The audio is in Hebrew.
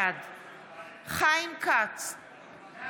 בעד חיים כץ,